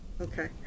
okay